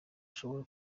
ashobora